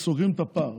אז סוגרים את הפער,